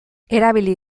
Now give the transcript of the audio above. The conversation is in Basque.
erabili